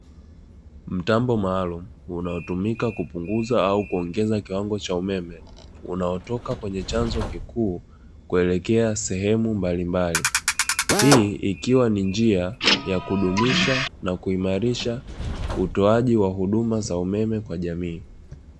Mtambo maalumu, unaotumika kupunguza au kuongeza kiwango cha umeme, unaotoka kwenye chanzo kikuu, kuelekea sehemu mbalimbali. Hii ikiwa ni njia ya kudumisha na kuimarisha, utoaji wa huduma za umeme kwa jamii.